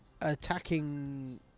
attacking